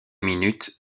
minutes